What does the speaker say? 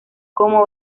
como